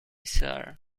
sir